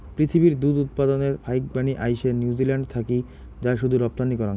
পিথীবির দুধ উৎপাদনের ফাইকবানী আইসে নিউজিল্যান্ড থাকি যায় শুধু রপ্তানি করাং